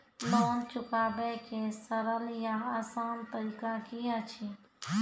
Loan चुकाबै के सरल या आसान तरीका की अछि?